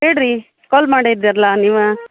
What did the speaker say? ಹೇಳಿರಿ ಕಾಲ್ ಮಾಡಿದ್ರಲ್ಲಾ ನೀವೇ